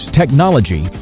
technology